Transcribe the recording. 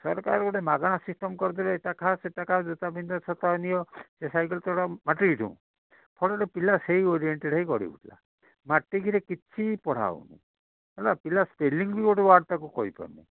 ସରକାର ଗୋଟେ ମାଗଣା ସିଷ୍ଟମ୍ କରିଦେଲେ ଏଟା ଖା ସେଟା ଖା ଜୋତା ପିନ୍ଧ ଛତା ନିଅ ସାଇକେଲ୍ ଚଲାଅ ମାଟ୍ରିକ ଠୁଁ ଫଳରେ ପିଲା ସେଇ ଓରିଏଣ୍ଟେଡ଼୍ ହେଇ ଗଢ଼ିଉଠିଲା ମାଟ୍ରିକରେ କିଛି ପଢ଼ା ହେଉନି ହେଲେ ପିଲା ସ୍ପେଲିଂ ବି ଗୋଟେ ୱାର୍ଡ଼ଟାକୁ କହିପାରୁନି